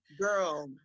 girl